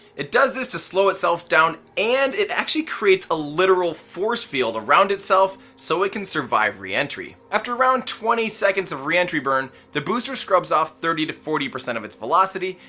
it does this to slow itself down and it actually creates a literal force field around itself so it can survive reentry. after around twenty seconds of reentry burn, the booster scrubs off thirty to forty percent of its velocity,